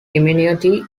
immunity